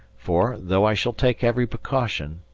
for, though i shall take every precaution,